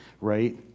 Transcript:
right